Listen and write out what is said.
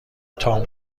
تام